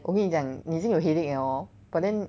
我跟你讲你已经有 headache liao hor but then